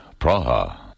Praha